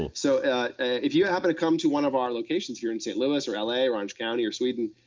so if you happen to come to one of our locations here in st louis or la or orange county or sweden,